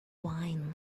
wine